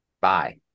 bye